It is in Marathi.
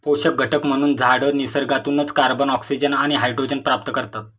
पोषक घटक म्हणून झाडं निसर्गातूनच कार्बन, ऑक्सिजन आणि हायड्रोजन प्राप्त करतात